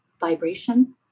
vibration